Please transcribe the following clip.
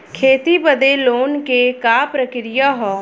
खेती बदे लोन के का प्रक्रिया ह?